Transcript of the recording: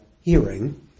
hearing